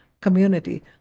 community